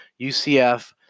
UCF